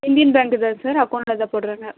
Indian பேங்க்கு தான் sir அக்கெளண்ட்டில் தான் போடுகிறாங்க